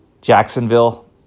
Jacksonville